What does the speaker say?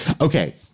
Okay